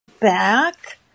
back